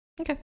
Okay